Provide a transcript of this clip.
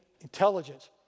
intelligence